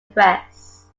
press